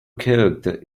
character